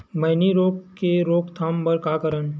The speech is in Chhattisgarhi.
मैनी रोग के रोक थाम बर का करन?